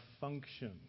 function